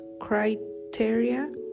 criteria